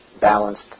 balanced